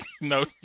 No